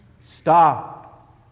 stop